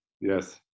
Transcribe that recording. Yes